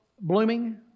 blooming